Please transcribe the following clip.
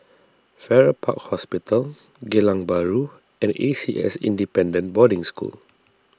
Farrer Park Hospital Geylang Bahru and A C S Independent Boarding School